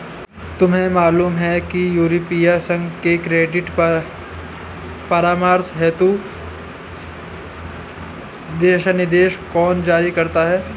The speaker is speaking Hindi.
तुम्हें मालूम है कि यूरोपीय संघ में क्रेडिट परामर्श हेतु दिशानिर्देश कौन जारी करता है?